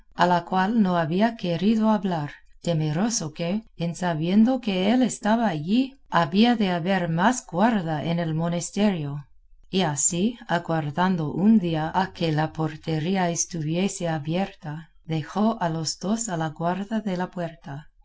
a la cual no había querido hablar temeroso que en sabiendo que él estaba allí había de haber más guarda en el monesterio y así aguardando un día a que la portería estuviese abierta dejó a los dos a la guarda de la puerta